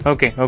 Okay